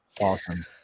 Awesome